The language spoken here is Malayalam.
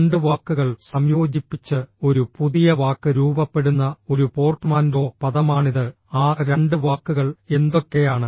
രണ്ട് വാക്കുകൾ സംയോജിപ്പിച്ച് ഒരു പുതിയ വാക്ക് രൂപപ്പെടുന്ന ഒരു പോർട്ട്മാന്റോ പദമാണിത് ആ രണ്ട് വാക്കുകൾ എന്തൊക്കെയാണ്